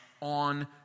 on